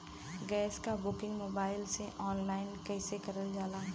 Gas क booking mobile से online कईसे कईल जाला?